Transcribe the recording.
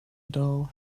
dull